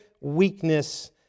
weakness